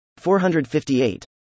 458